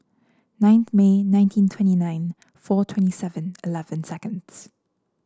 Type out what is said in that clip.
ninth May nineteen twenty nine four twenty Seven Eleven seconds